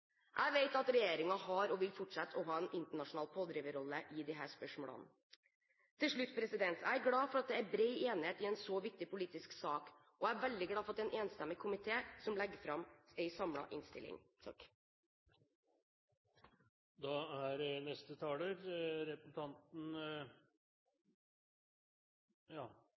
Jeg vet at regjeringen har – og fortsatt vil ha – en internasjonal pådriverrolle i disse spørsmålene. Til slutt: Jeg er glad for at det er bred enighet i en så viktig politisk sak. Jeg er veldig glad for at det er en enstemmig komité som legger fram en samlet innstilling. Da er neste taler representanten